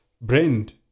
brand